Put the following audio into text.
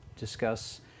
discuss